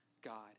God